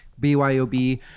BYOB